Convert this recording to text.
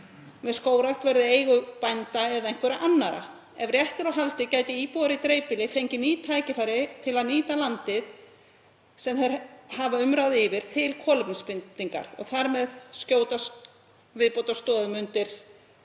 með skógrækt verði í eigu bænda eða einhverra annarra. Ef rétt er á haldið gætu íbúar í dreifbýli fengið ný tækifæri til að nýta landið sem þeir hafa umráð yfir til kolefnisbindingar og þar með skotið viðbótarstoðum undir